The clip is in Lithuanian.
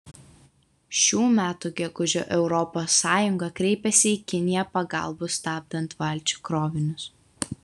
šių metų gegužę europos sąjunga kreipėsi į kiniją pagalbos stabdant valčių krovinius